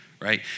right